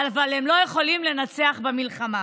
אבל הם לא יכולים לנצח במלחמה.